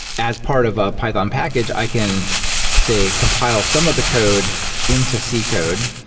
as part of a python package, i can say compile some of the code into c code.